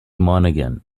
monaghan